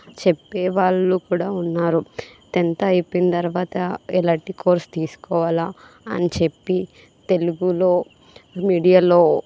చెప్పే వాళ్లు కూడా ఉన్నారు టెన్త్ అయిపోయిన తర్వాత ఎలాంటి కోర్స్ తీసుకోవాలా అని చెప్పి తెలుగులో మీడియా లో